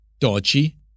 dodgy